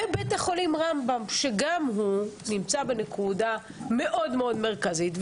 גם בית החולים רמב"ם נמצא בנקודה מאוד מאוד מרכזית.